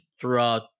throughout